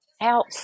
out